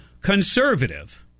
conservative